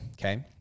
okay